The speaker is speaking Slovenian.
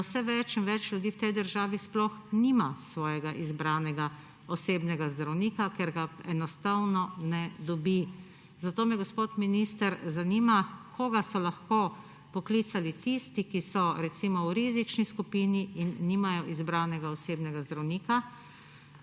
da vse več in več ljudi v tej državi sploh nima svojega izbranega osebnega zdravnika, ker ga enostavno ne dobi. Zato me, gospod minister, zanima: Koga so lahko poklicali tisti, ki so recimo v rizični skupini in nimajo izbranega osebnega zdravnika?